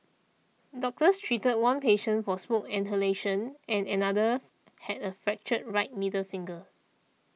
doctors treated one patient for smoke inhalation and another had a fractured right middle finger